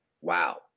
Wow